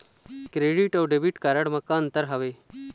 Credit अऊ debit card म का अंतर हावे?